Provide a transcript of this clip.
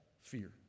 fear